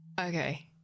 Okay